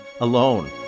alone